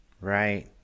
right